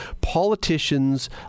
Politicians